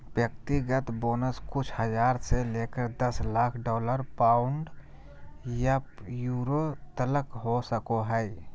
व्यक्तिगत बोनस कुछ हज़ार से लेकर दस लाख डॉलर, पाउंड या यूरो तलक हो सको हइ